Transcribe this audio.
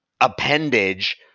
appendage